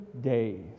days